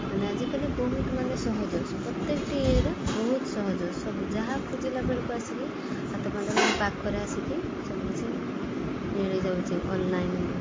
ମାନେ ଆଜିକାଲି ବହୁତ ମାନେ ସହଜ ପ୍ରତ୍ୟେକଟିର ବହୁତ ସହଜ ସବୁ ଯାହା ଖୋଜିଲା ବେଳକୁ ଆସିକି ହାତ ପାହାନ୍ତାରେ ପାଖରେ ଆସିକି ସବୁ କିଛି ମିଳି ଯାଇଛି ଅନଲାଇନ୍ ଲୁ